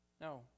No